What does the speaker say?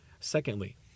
Secondly